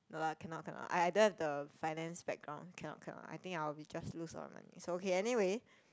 no lah cannot cannot I I don't have the finance background cannot cannot I think I will be just lose a lot of money so okay anyway